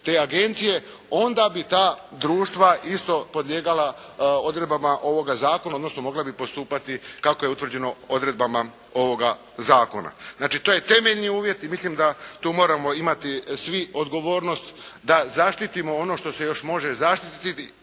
te agencije onda bi ta društva podlijegala odredbama ovoga Zakona odnosno mogla bi postupati kako je određeno odredbama ovoga Zakona. Znači to je temeljni uvjet i mislim da tu moramo imati svi odgovornost da zaštitimo ono što se još može zaštititi